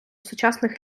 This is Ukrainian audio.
сучасних